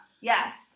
Yes